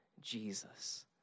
Jesus